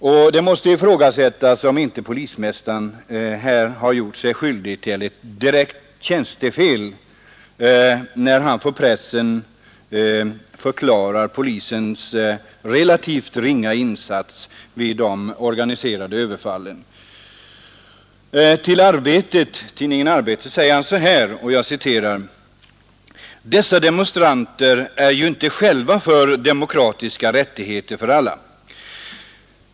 Det måste ifrågasättas om inte polismästaren här har gjort sig skyldig till direkt tjänstefel, när han för pressen förklarar polisens relativt ringa insats vid de organiserade överfallen. Till tidningen Arbetet säger han: ”Dessa demonstranter är ju inte själva för demokratiska rättigheter för alla.